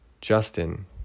Justin